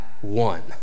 one